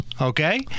Okay